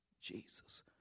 Jesus